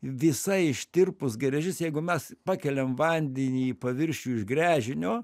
visa ištirpus geležis jeigu mes pakeliam vandenį į paviršių iš gręžinio